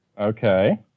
Okay